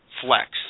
flex